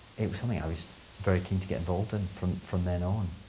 it was something i was very keen to get involved in from from then on.